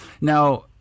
Now